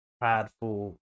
prideful